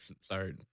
sorry